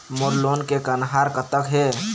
मोर loan के कन्हार कतक हे?